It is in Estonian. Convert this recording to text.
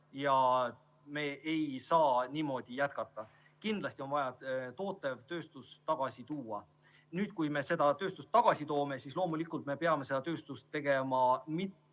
ja me ei saa niimoodi jätkata. Kindlasti on vaja tootev tööstus tagasi tuua. Kui me selle tööstuse tagasi toome, siis loomulikult peame seda tegema mitte